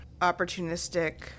Opportunistic